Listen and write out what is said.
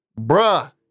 Bruh